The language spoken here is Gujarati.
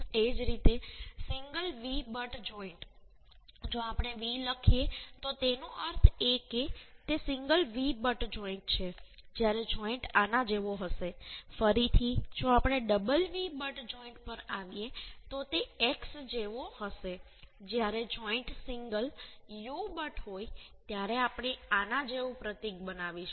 એ જ રીતે સિંગલ V બટ જોઈન્ટ જો આપણે V લખીએ તો તેનો અર્થ એ કે તે સિંગલ V બટ જોઈન્ટ છે જ્યાં જોઈન્ટ આના જેવો હશે ફરીથી જો આપણે ડબલ V બટ જોઈન્ટ પર આવીએ તો તે X જેવો હશે જ્યારે જોઈન્ટ સિંગલ U બટ હોય ત્યારે આપણે આના જેવું પ્રતીક બનાવશું